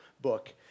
book